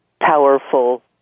powerful